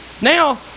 Now